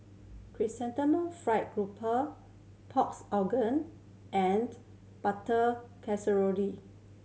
Chrysanthemum Fried Garoupa pork's organ and butter